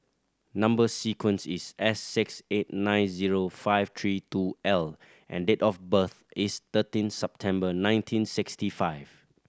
number sequence is S six eight nine zero five three two L and date of birth is thirteen September nineteen sixty five